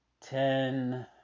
ten